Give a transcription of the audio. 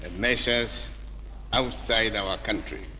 and measures outside our country.